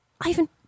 Ivan